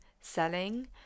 selling